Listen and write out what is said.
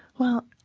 well,